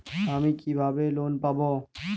আমি কিভাবে লোন পাব?